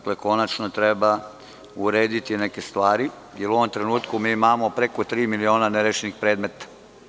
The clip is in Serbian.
Konačno treba urediti neke stvari, jer u ovom trenutku imamo preko tri miliona nerešenih predmeta.